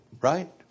Right